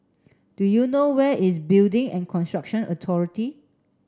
do you know where is Building and Construction Authority